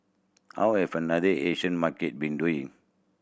how have other Asian market been doing